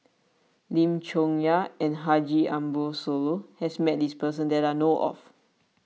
Lim Chong Yah and Haji Ambo Sooloh has met this person that I know of